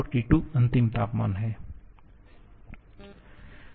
T2 अंतिम तापमान है